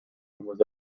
was